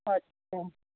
अच्छा